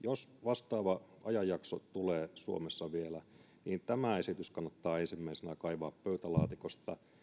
jos vastaava ajanjakso tulee suomessa vielä niin tämä esitys kannattaa ensimmäisenä kaivaa pöytälaatikosta